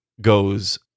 goes